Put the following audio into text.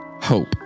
hope